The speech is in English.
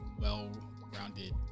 well-rounded